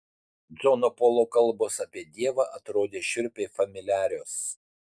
džono polo kalbos apie dievą atrodė šiurpiai familiarios